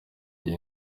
gihe